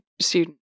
student